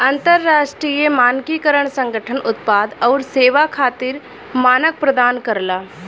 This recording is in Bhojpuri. अंतरराष्ट्रीय मानकीकरण संगठन उत्पाद आउर सेवा खातिर मानक प्रदान करला